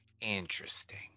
Interesting